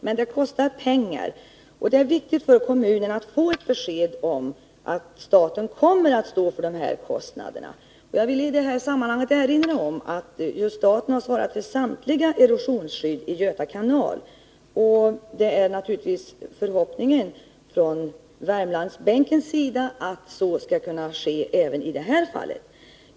Men det kostar pengar, och det är viktigt för kommunen att få ett besked om att staten kommer att stå för kostnaderna. Jag vill i det här sammanhanget erinra om att staten har svarat för samtliga erosionsskydd i Göta kanal. Det är naturligtvis förhoppningen hos oss på Värmlandsbänken att så skall kunna ske även i det här fallet.